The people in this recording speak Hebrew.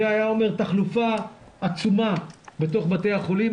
זה היה אומר תחלופה עצומה בתוך בתי החולים.